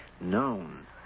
known